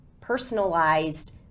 personalized